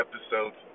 episodes